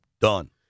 done